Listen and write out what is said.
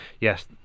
Yes